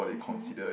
mmhmm